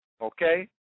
okay